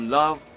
love